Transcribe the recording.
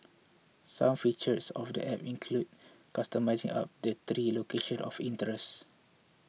some features of the App include customising up to three locations of interest